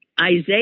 Isaiah